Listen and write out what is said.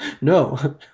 no